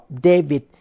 David